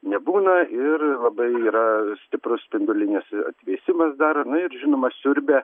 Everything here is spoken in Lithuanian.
nebūna ir labai yra stiprus spindulinis atvėsimas dar nu ir žinoma siurbia